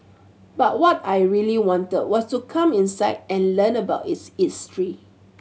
but what I really wanted was to come inside and learn about its history